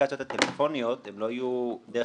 כשהאפליקציות הטלפוניות הן לא יהיו דרך